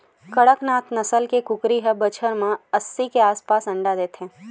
कड़कनाथ नसल के कुकरी ह बछर म अस्सी के आसपास अंडा देथे